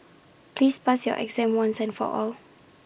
please pass your exam once and for all